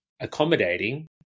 accommodating